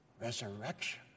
resurrection